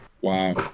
wow